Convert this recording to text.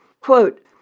quote